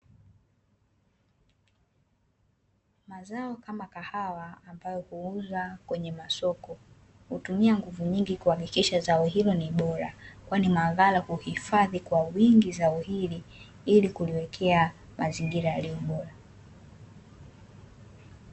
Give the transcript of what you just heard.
Mazao kama kahawa ambayo huuzwa kwenye masoko, hutumia nguvu nyingi kuhakikisha zao hilo ni bora. Kwani maghala huhifadhi kwa wingi zao hili, ili kuliwekea mazingira yaliyo bora.